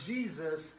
Jesus